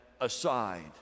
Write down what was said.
aside